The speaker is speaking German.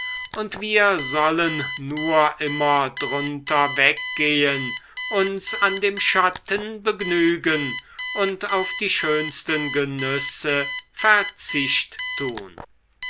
und wir sollen nur immer drunter weggehen uns an dem schatten begnügen und auf die schönsten genüsse verzicht tun